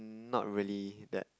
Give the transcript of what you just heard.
not really that